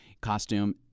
costume